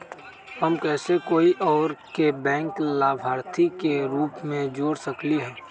हम कैसे कोई और के बैंक लाभार्थी के रूप में जोर सकली ह?